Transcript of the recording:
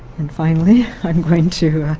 and finally, i'm going to